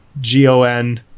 G-O-N